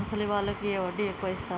ముసలి వాళ్ళకు ఏ వడ్డీ ఎక్కువ ఇస్తారు?